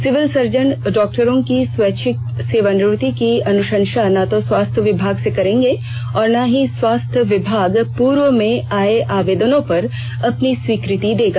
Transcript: civil surgeon डॉक्टरों की स्वैच्छिक सेवानिवृत्ति की अनुशंसा न तो स्वास्थ्य विभाग से करेंगे और न ही स्वास्थ्य विभाग पूर्व में आए आवेदनों पर अपनी स्वीकृति देगा